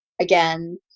again